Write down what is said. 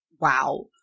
wow